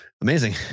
Amazing